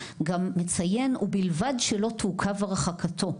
גם ציין ובלבד לא תעוכב הרחקתו,